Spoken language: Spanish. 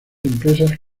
empresas